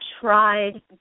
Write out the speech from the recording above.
tried